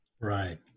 right